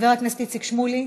חבר הכנסת איציק שמולי,